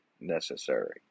necessary